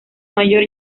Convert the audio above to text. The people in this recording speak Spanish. mayor